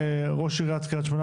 ראש עיריית קריית שמונה,